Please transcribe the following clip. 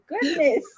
Goodness